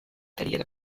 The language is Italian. carriera